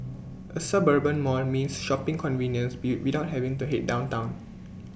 A suburban mall means shopping convenience be without having to Head downtown